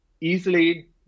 easily